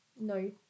No